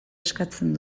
eskatzen